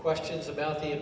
questions about the